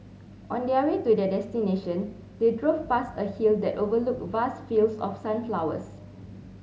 on their way to their destination they drove past a hill that overlooked vast fields of sunflowers